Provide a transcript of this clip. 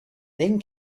then